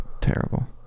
terrible